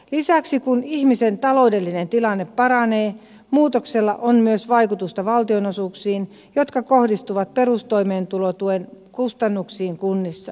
lisäksi kun ihmisen taloudellinen tilanne paranee muutoksella on myös vaikutusta valtionosuuksiin jotka kohdistuvat perustoimeentulotuen kustannuksiin kunnissa